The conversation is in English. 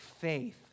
faith